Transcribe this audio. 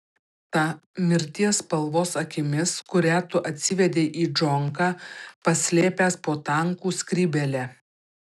ta mirties spalvos akimis kurią tu atsivedei į džonką paslėpęs po tankų skrybėle